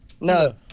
No